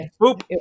Boop